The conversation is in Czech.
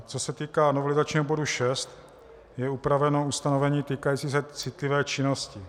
Co se týká novelizačního bodu 6, je upraveno ustanovení týkající se citlivé činnosti.